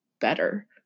better